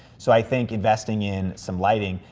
so, i think investing in some lighting.